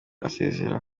asezera